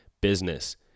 business